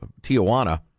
Tijuana